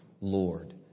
Lord